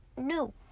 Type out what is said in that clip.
No